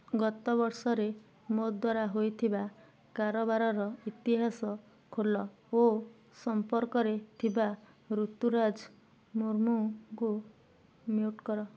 ଗତବର୍ଷରେ ମୋ ଦ୍ୱାରା ହୋଇଥିବା କାରବାରର ଇତିହାସ ଖୋଲ ଓ ସମ୍ପର୍କରେ ଥିବା ରୁତୁରାଜ ମୁର୍ମୁଙ୍କୁ ମ୍ୟୁଟ୍ କର